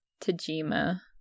Tajima